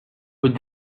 with